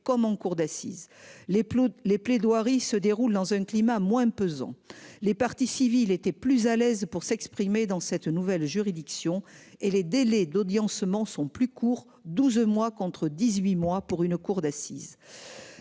comme en cour d'assises les plots les plaidoiries se déroule dans un climat moins pesant. Les parties civiles étaient plus à l'aise pour s'exprimer dans cette nouvelle juridiction. Et les délais d'audiencement sont plus courts 12 mois contre 18 mois pour une cour d'assises.